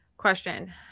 question